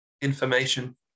information